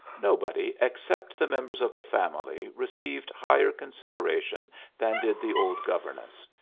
nobody, except the members of the family, received higher consideration than did the old governess.